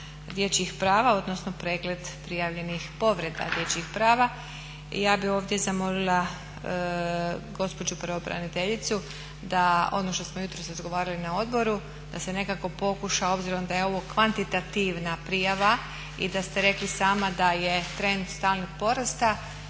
dječjih prava odnosno pregled prijavljenih povreda dječjih prava i ja bih ovdje zamolila gospođu pravobraniteljicu da ono što smo jutros razgovarali na odboru da se nekako pokuša obzirom da je ovo kvantitativna prijava i da ste rekli sama da je trend stalnog porasta,